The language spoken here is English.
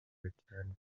return